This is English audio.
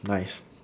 nice